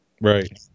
right